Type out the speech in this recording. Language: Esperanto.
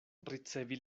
ricevi